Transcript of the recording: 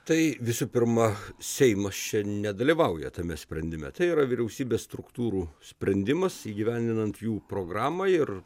tai visų pirma seimas čia nedalyvauja tame sprendime tai yra vyriausybės struktūrų sprendimas įgyvendinant jų programą ir